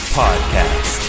podcast